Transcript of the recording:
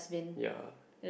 ya